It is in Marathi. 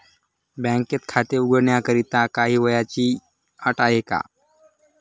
बँकेत खाते उघडण्याकरिता काही वयाची अट आहे का?